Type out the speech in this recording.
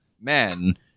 men